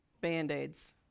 Band-Aids